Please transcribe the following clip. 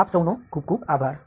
તો આપસૌનો ખુબ ખુબ આભાર